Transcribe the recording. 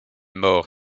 mort